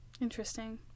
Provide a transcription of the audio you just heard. Interesting